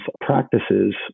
practices